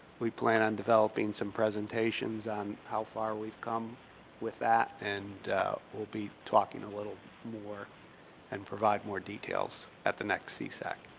we plan on developing some presentations on how far we've come with that and we'll be talking a little more and provide more details at the next csac.